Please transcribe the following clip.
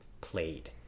played